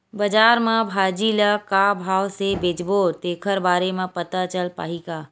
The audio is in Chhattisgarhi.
बजार में भाजी ल का भाव से बेचबो तेखर बारे में पता चल पाही का?